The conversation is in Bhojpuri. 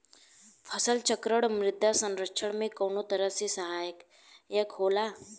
फसल चक्रण मृदा संरक्षण में कउना तरह से सहायक होला?